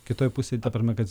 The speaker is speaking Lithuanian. kitoj pusėj ta prasme kad